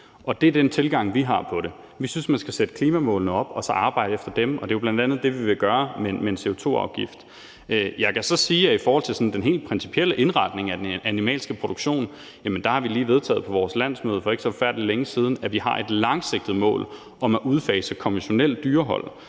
Det er den tilgang, vi har til det; vi synes, man skal sætte klimamålene op og så arbejde efter dem, og det er jo bl.a. det, vi vil gøre med en CO2-afgift. Jeg kan så sige, at i forhold til den sådan helt principielle indretning af den animalske produktion har vi lige vedtaget på vores landsmøde for ikke så forfærdelig længe siden, at vi har et langsigtet mål om at udfase konventionelt dyrehold.